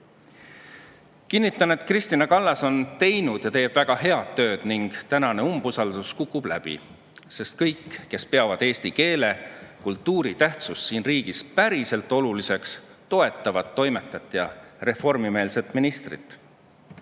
Kinnitan, et Kristina Kallas on teinud ja teeb väga head tööd ning tänane umbusalduse avaldamine kukub läbi, sest kõik, kes peavad eesti keelt ja kultuuri siin riigis päriselt oluliseks, toetavad toimekat ja reformimeelset